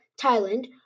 Thailand